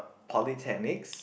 polytechnics